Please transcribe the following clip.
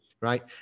right